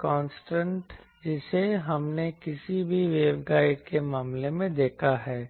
कांसेप्टजिसे हमने किसी भी वेवगाइड के मामले में देखा है